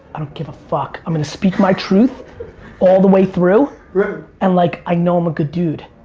i don't give a fuck. i'm gonna speak my truth all the way through, and like i know i'm a good dude,